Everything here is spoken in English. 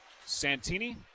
Santini